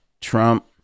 Trump